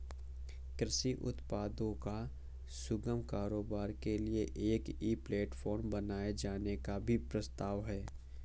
कृषि उत्पादों का सुगम कारोबार के लिए एक ई प्लेटफॉर्म बनाए जाने का भी प्रस्ताव है